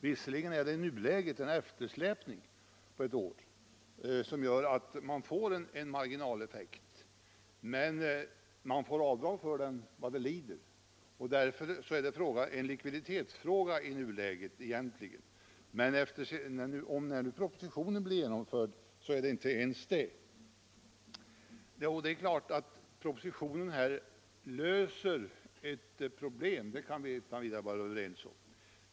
Visserligen har man i nuläget en eftersläpning på ett år som gör att man får en marginaleffekt, men man får avdrag för den vad det lider. I nuläget är detta därför egentligen en likviditetsfråga. Men när propositionen nu blir genomförd är det inte ens det. 199 Det är klart att propositionen löser ett problem — det kan vi utan vidare vara överens om.